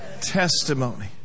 testimony